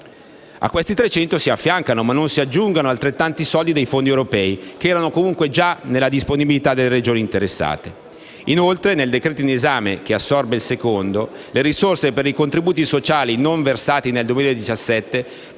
A questi 300 milioni si affiancano, ma non si aggiungono, altrettanti soldi dei fondi europei, che erano comunque già nella disponibilità delle Regioni interessate. Inoltre, nel decreto in esame, che assorbe il secondo, le risorse per i contributi sociali non versati nel 2017 vengono